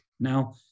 Now